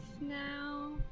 now